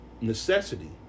necessity